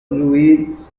luiz